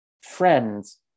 friends